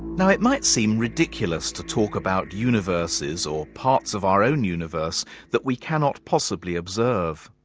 now it might seem ridiculous to talk about universes or parts of our own universe that we cannot possibly observe.